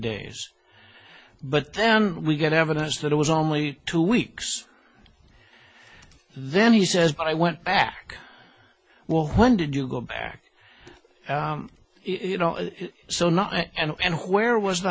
days but then we get evidence that it was only two weeks then he says i went back well when did you go back you know so not and where was the